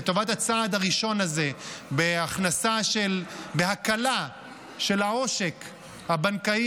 לטובת הצעד הראשון הזה בהקלה של העושק הבנקאי